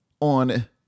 on